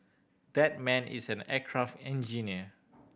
that man is an aircraft engineer